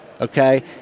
Okay